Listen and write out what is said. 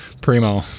primo